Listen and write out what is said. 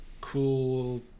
cool